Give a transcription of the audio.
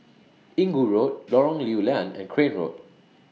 Inggu Road Lorong Lew Lian and Crane Road